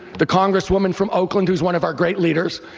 the congresswoman from oakland, who's one of our great leaders.